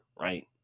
right